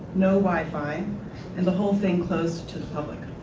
no wifi and the whole thing closed to the public.